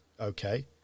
okay